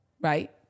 right